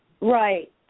Right